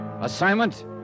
Assignment